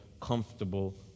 comfortable